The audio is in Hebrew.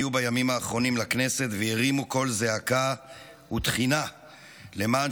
האחרונים לכנסת והרימו קול זעקה ותחינה למען